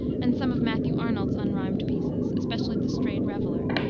and some of matthew arnold's unrhymed pieces, especially the strayed reveller,